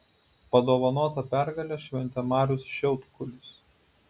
padovanotą pergalę šventė marius šiaudkulis